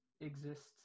exists